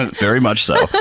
and very much so! okay.